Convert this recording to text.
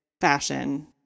fashion